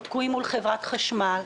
הם תקועים מול חברת חשמל.